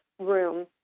room